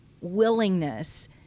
willingness